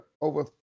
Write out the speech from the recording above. over